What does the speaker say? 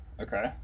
Okay